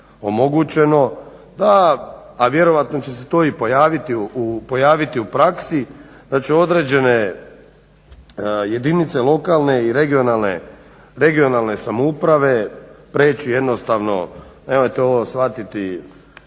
a vjerojatno će se to i pojaviti u praksi, da će određene jedinice lokalne i regionalne samouprave preći jednostavno, nemojte ovo shvatiti